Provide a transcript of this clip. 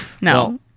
No